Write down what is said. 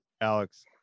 Alex